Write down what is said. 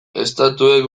estatuek